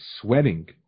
sweating